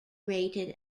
rated